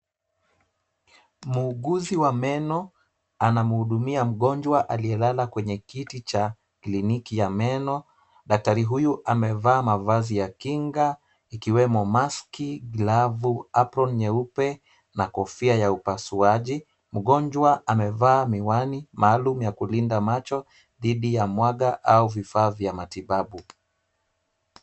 Muuguzi wa meno anamhudumia mgonjwa aliyelala kwenye kiti cha kliniki ya meno. Daktari huyu amevaa mavazi ya kinga ikiwemo maski, glavu, aproni nyeupe na kofia ya upasuaji. Mgonjwa amevaa miwani maalum ya kulinda macho dhidi ya mwanga au vifaa vya matibabu.